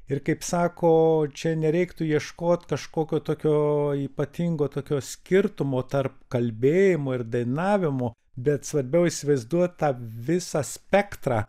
ir kaip sako čia nereiktų ieškot kažkokio tokio ypatingo tokio skirtumo tarp kalbėjimo ir dainavimo bet svarbiau įsivaizduot tą visą spektrą